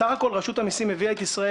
בסך הכול רשות המיסים הביאה את ישראל